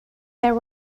there